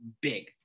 big